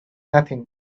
nothing